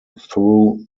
through